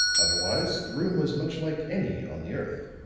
otherwise, the room was much like any on the earth.